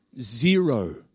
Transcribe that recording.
Zero